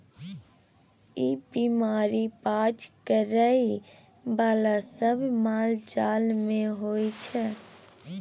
ई बीमारी पाज करइ बला सब मालजाल मे होइ छै